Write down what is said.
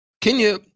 Kenya